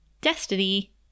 Destiny